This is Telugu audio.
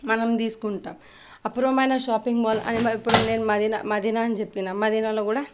మనం తీసుకుంటాం అపూర్వమైన షాపింగ్ మాల్ అండ్ ఇప్పుడు నేను మదీనా చెప్పినా మదీనాలో కూడా